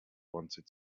wanted